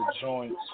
joints